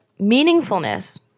meaningfulness